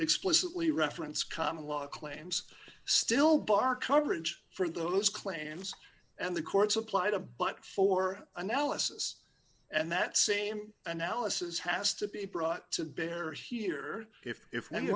explicitly reference common law claims still bar coverage for those claims and the court's applied a but for analysis and that same analysis has to be brought to bear here if if